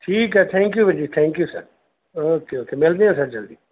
ਠੀਕ ਹੈ thank you ਵੀਰ ਜੀ thank you sir okay okay ਮਿਲਦੇ ਹਾਂ ਸਰ ਜਲਦੀ